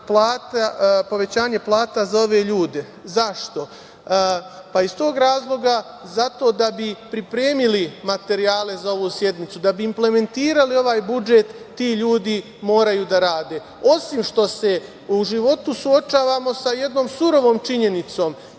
povećanje plata za ove ljude. Zašto? Iz tog razloga zato da bi pripremili materijale za ovu sednicu, da bi implementirali ovaj budžet, ti ljudi moraju da rade. Osim što se u životu suočavamo sa jednom surovom činjenicom